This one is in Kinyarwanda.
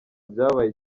byabaye